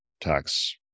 tax